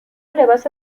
لباست